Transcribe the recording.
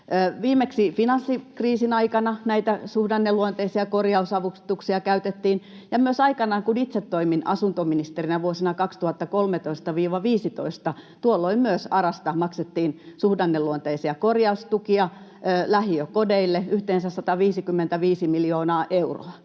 Viimeksi finanssikriisin aikana näitä suhdanneluonteisia korjausavustuksia käytettiin ja myös aikanaan, kun itse toimin asuntoministerinä vuosina 2013—2015, myös ARAsta maksettiin suhdanneluonteisia korjaustukia lähiökodeille yhteensä 155 miljoonaa euroa.